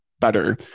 better